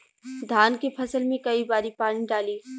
धान के फसल मे कई बारी पानी डाली?